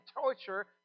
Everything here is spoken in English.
torture